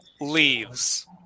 leaves